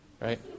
Right